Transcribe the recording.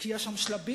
כי יש שם שלבים.